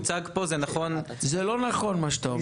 זה לא נכון מה שאתה אומר.